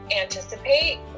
anticipate